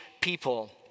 people